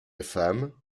femme